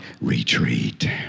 retreat